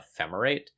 Ephemerate